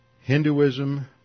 Hinduism